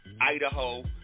Idaho